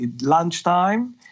lunchtime